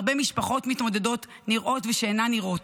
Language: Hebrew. הרבה משפחות מתמודדות נראות ושאינן נראות.